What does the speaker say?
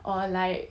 or like